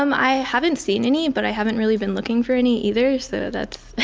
um i haven't seen any, but i haven't really been looking for any either. so, that's